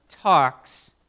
talks